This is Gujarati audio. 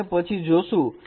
તો આપણે પછી જોશું